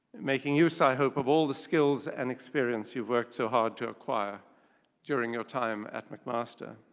making use i hope of all the skills and experience you've worked so hard to acquire during your time at mcmaster.